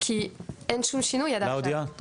תודה רבה.